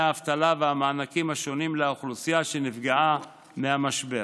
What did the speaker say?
האבטלה והמענקים השונים לאוכלוסייה שנפגעה מהמשבר.